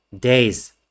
days